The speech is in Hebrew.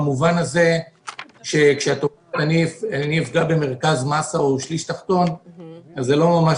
במובן הזה שכאשר אני אפגע במרכז מאסה או בשליש תחתון אז זה לא ממש